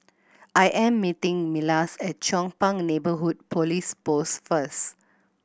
I am meeting Milas at Chong Pang Neighbourhood Police Post first